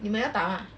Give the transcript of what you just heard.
你们要打 mah